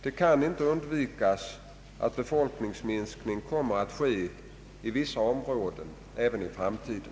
Det kan då inte undvikas att befolkningsminskning kommer att ske i vissa områden även i framtiden.